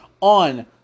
on